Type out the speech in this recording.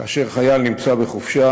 כאשר חייל נמצא בחופשה